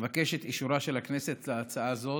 אבקש את אישורה של הכנסת להצעה זו.